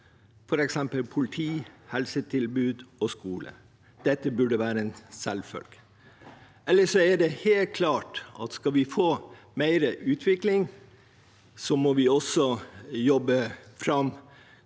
f.eks. politi, helsetilbud og skole. Dette burde være en selvfølge. Ellers er det helt klart at skal vi få mer utvikling, må vi også jobbe fram